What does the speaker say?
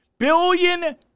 Billion